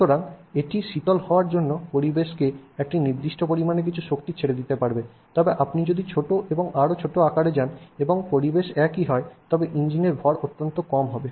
সুতরাং এটি শীতল হওয়ার জন্য পরিবেশকে নির্দিষ্ট পরিমাণে কিছু পরিমাণ শক্তি ছেড়ে দিতে পারবে তবে আপনি যদি ছোট এবং আরও ছোট আকারে যান এবং পরিবেশ একই হয় তবে ইঞ্জিনের ভর পরিমাণ অত্যন্ত কম হবে